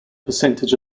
percentage